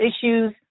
issues